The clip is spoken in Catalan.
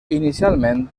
inicialment